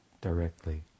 directly